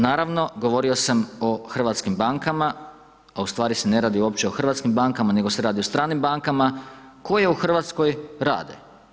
Naravno govorio sam o hrvatskim bankama a ustvari se ne radi uopće o hrvatskim bankama nego se radi o stranim bankama koje u Hrvatskoj rade.